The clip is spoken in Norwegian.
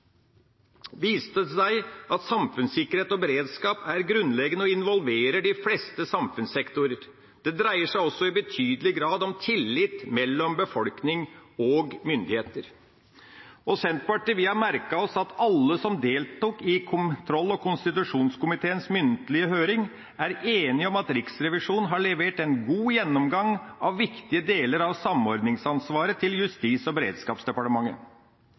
viste det seg at samfunnssikkerhet og beredskap er grunnleggende og involverer de fleste samfunnssektorer. Det dreier seg også i betydelig grad om tillit mellom befolkning og myndigheter. Vi i Senterpartiet har merket oss at alle som deltok i kontroll- og konstitusjonskomiteens muntlige høring, er enige om at Riksrevisjonen har levert en god gjennomgang av viktige deler av samordningsansvaret til Justis- og beredskapsdepartementet.